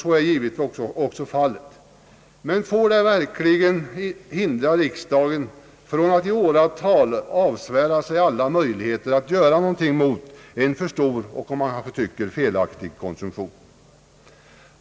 Så är givetvis fallet, men får det verkligen hindra riksdagen från att i åratal använda sig av alla möjligheter att göra någonting mot en för stor och felaktig konsumtion?